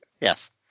Yes